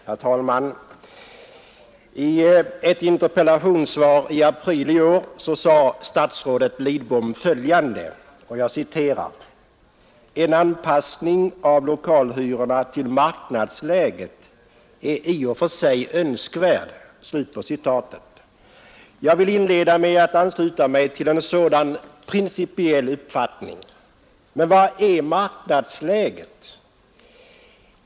Herr talman! I ett interpellationssvar i april i år sade statsrådet Lidbom: ”En anpassning av lokalhyrorna till marknadsläget är i och för sig önskvärd.” Jag vill inleda med att ansluta mig till denna principiella uppfattning. Men vad är marknadsläget?